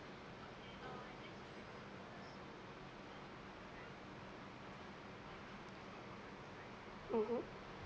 mmhmm